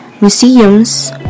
museums